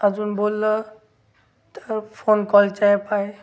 अजून बोललं तर फोन कॉलचा ॲप आहे